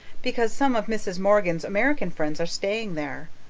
because some of mrs. morgan's american friends are staying there.